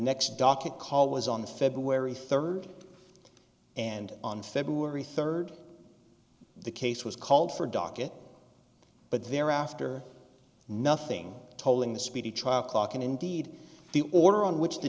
next docket call was on february third and on february third the case was called for docket but they're after nothing tolling the speedy trial clock and indeed the order on which the